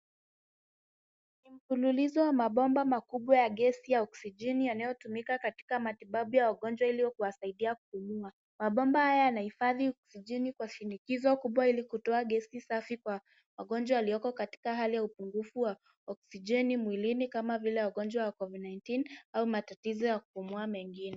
Ni mfululizo ya mabomba makubwa ya gesi ya oksijeni yanayotumika katika matibabu ya wagonjwa ili kuwasaidia kupumua. Mabomba haya yanahifadhi oksijeni kwa shinikizo kubwa ili kutoa gesi safi kwa wagonjwa walioko katika hali ya upungufu wa oksijeni mwilini kama vile wagonjwa kwa Covid 19 ama matatizo ya kupumua mengine.